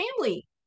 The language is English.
family